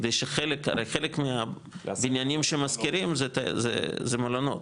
הרי חלק מהבניינים שמשכירים זה מלונות,